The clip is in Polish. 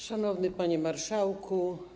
Szanowny Panie Marszałku!